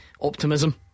optimism